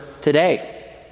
today